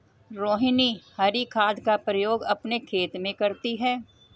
रोहिनी हरी खाद का प्रयोग अपने खेत में करती है